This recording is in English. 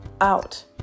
out